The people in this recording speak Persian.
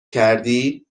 کردی